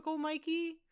Mikey